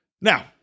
Now